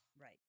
Right